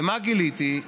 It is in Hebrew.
ומה גיליתי?